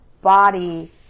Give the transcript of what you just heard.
body